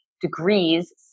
degrees